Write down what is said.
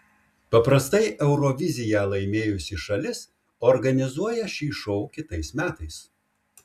paprastai euroviziją laimėjusi šalis organizuoja šį šou kitais metais